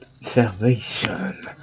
salvation